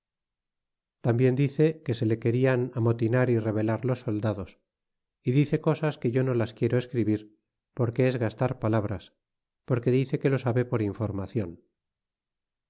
tambien dice que se le querian amotinar y rebelar los soldados é dice otras cosas que yo no las quiero escribir porque es gastar palabras por que dice que lo sabe por informacion